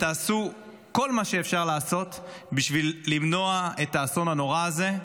תעשו כל מה שאפשר לעשות בשביל למנוע את האסון הנורא הזה.